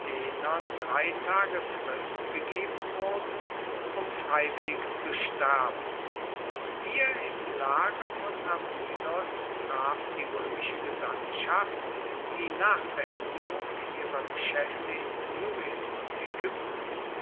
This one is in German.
drei tage frist gegeben wurden um freiwillig zu sterben hier im lager von abydos traf die roemische gesandtschaft die nach beendigung ihrer geschaefte in syrien und aegypten